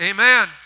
Amen